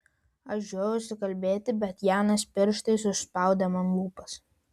aš žiojausi kalbėti bet janas pirštais užspaudė man lūpas